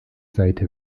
seite